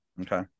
Okay